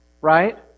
right